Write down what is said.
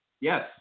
Yes